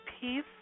Peace